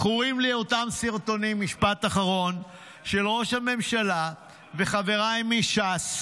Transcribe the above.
זכורים לי אותם סרטונים של ראש הממשלה וחבריי מש"ס,